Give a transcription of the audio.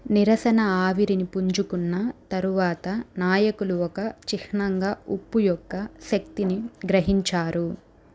నిరసన ఆవిరిని పుంజుకున్న తరువాత నాయకులు ఒక చిహ్నంగా ఉప్పు యొక్క శక్తిని గ్రహించారు